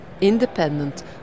independent